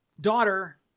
Daughter